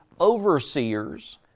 overseers